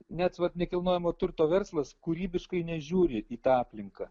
net vat nekilnojamo turto verslas kūrybiškai nežiūri į tą aplinką